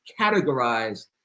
categorized